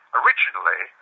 originally